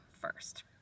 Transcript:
first